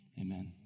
Amen